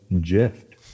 gift